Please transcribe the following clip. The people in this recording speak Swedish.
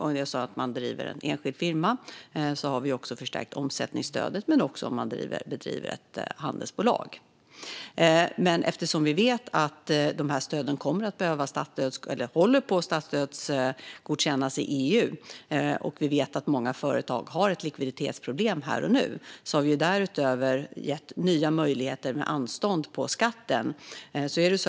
För den som driver en enskild firma har vi förstärkt omsättningsstödet, och det gäller också om man driver ett handelsbolag. Eftersom vi vet att de här stöden håller på att statsstödsgodkännas i EU och att många företag har ett likviditetsproblem här och nu har vi därutöver gett nya möjligheter till anstånd på skatten.